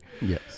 Yes